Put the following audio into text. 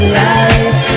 life